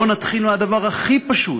בוא נתחיל מהדבר הכי פשוט,